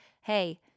hey